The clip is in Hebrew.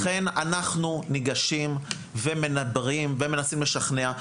ולכן אנחנו ניגשים ומדברים ומנסים לשכנע.